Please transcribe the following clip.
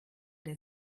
der